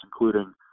including